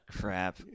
Crap